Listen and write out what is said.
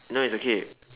no it's okay